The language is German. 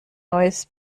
neues